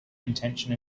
intention